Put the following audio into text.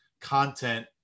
content